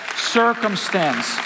circumstance